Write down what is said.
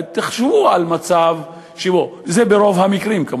זה כמובן ברוב המקרים.